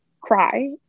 cry